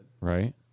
right